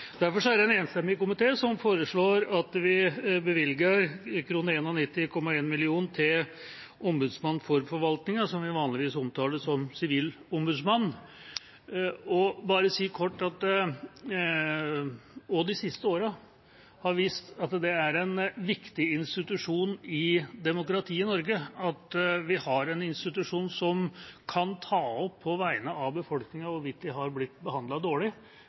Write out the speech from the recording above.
Derfor er det en enstemmig komité som foreslår at vi bevilger 91,1 mill. kr til Stortingets ombudsmann for forvaltningen, som vi vanligvis omtaler som Sivilombudsmannen. Jeg vil bare si kort at også de siste årene har vist at det er en viktig del av demokratiet i Norge at vi har en institusjon som kan ta opp på vegne av befolkningen hvorvidt de har blitt behandlet dårlig